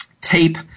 tape